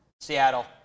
Seattle